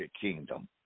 kingdom